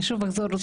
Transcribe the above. אני שוב אחזור,